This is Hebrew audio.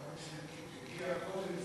מי שהגיע קודם,